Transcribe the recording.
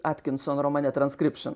atkinson romane transkripšin